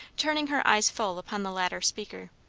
turning her eyes full upon the latter speaker.